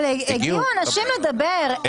הגיעו אנשים לדבר,